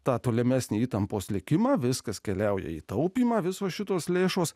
tą tolimesnį įtampos likimą viskas keliauja į taupymą visos šitos lėšos